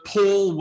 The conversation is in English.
Paul